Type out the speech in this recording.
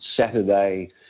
Saturday